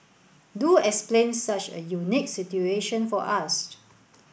do explain such a unique situation for us